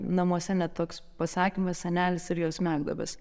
namuose net toks pasakymas senelis ir jo smegduobės